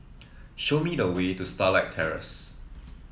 show me the way to Starlight Terrace